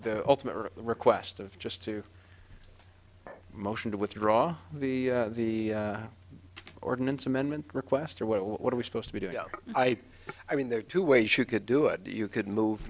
the ultimate request of just two motion to withdraw the ordinance amendment request or what are we supposed to be doing i i mean there are two ways you could do it you could move